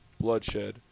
Bloodshed